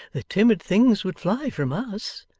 the timid things would fly from us.